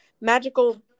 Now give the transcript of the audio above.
magical